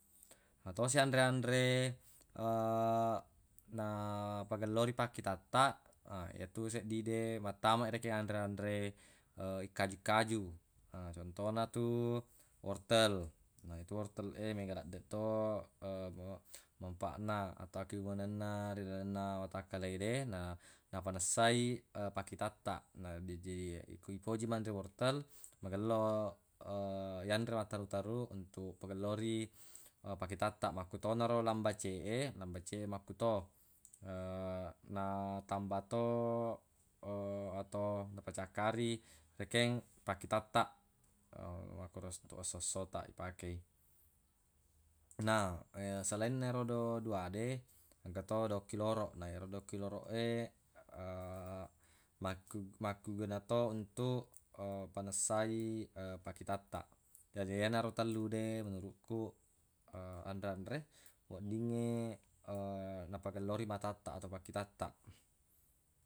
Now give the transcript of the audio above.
Yetosi anre-anre na pagellori pakkitattaq yetu seddi de mattama keanre-anre ikkaju-kaju contona tu wortel na yetu wortel e mega laddeq to manfaatna atau akkegunangenna rilalenna watakkale na nafanessai pakkitattaq na jaji ko ipoji manre wortel magello yanre matterru-terru untuq pagellori pakkitattaq makkutonaro lambace e lambace e makkuto na tamba to atau napacakkari rekeng pakkitattaq esso-esso taq ipakei na selainna erodo dua de engka to daung kiloroq na ero daung kiloroq e makku- makkeguna to untuq panessai pakkitattaq jadi yenaro tellu de menuruq ku anre-anre weddingnge napagellori matattaq atau pakkitattaq.